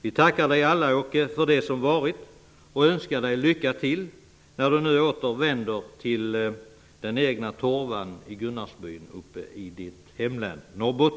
Vi tackar alla Åke Selberg för det som varit och önskar honom lycka till när han nu återvänder till den egna torvan i Gunnarsbyn i hemlänet